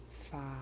five